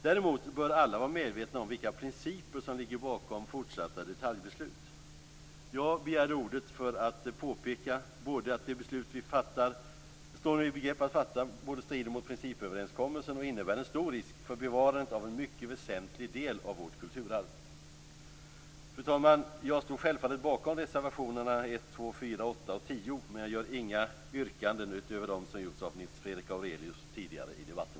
Däremot bör alla vara medvetna om vilka principer som ligger bakom fortsatta detaljbeslut. Jag begärde ordet för att påpeka att det beslut som vi nu står i begrepp att fatta strider mot principöverenskommelsen samtidigt som det innebär en stor risk för bevarandet av en mycket väsentlig del av vårt kulturarv. Fru talman! Jag står självfallet bakom reservationerna 1, 2, 4, 8 och 10, men jag framställer inga yrkanden utöver dem som har framställts av Nils Fredrik Aurelius tidigare i debatten.